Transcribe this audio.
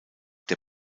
der